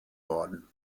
worden